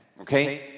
okay